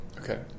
Okay